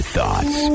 Thoughts